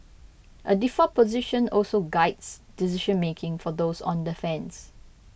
a default position also guides decision making for those on defence